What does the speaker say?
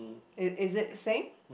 is is it same